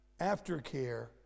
aftercare